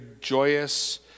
joyous